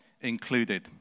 included